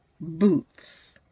boots